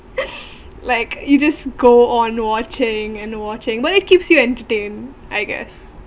like you just go on watching and watching when it keeps you entertained I guess